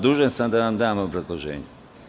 Dužan sam da vam dam obrazloženje.